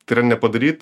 tai yra nepadaryt